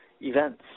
events